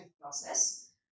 process